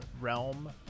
realm